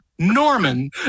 Norman